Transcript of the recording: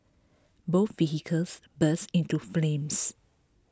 both vehicles burst into flames